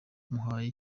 muhaye